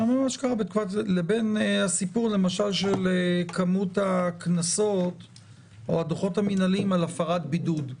לבין הסיפור של כמות הקנסות או הדוחות המינהליים על הפרת בידוד,